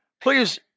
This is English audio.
please